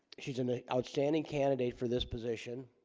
she's an ah outstanding candidate for this position